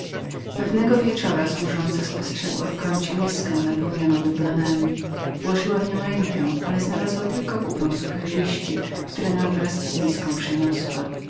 pewnego wieczora służąca spostrzegła w kącie beczułkę napełnioną dublonami włożyła w nią rękę ale znalazła tylko kupę suchych liści które nam wraz z beczułką przyniosła